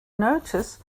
notice